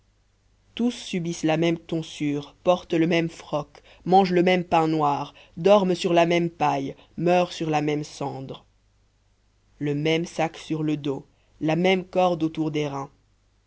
tous subissent la même tonsure portent le même froc mangent le même pain noir dorment sur la même paille meurent sur la même cendre le même sac sur le dos la même corde autour des reins